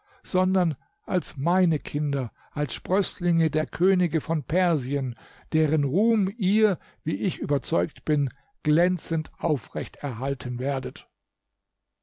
sondern als meine kinder als sprößlinge der könige von persien deren ruhm ihr wie ich überzeugt bin glänzend aufrecht erhalten werdet